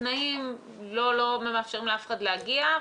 התנאים לא מאפשרים לאף אחד להגיע.